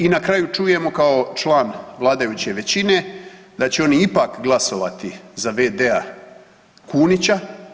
I na kraju čujemo kao član vladajuće većine da će oni ipak glasovati za v.d. Kunića.